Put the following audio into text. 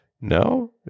No